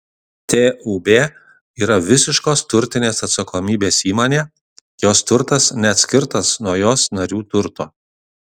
tūb yra visiškos turtinės atsakomybės įmonė jos turtas neatskirtas nuo jos narių turto